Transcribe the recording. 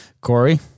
Corey